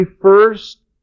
first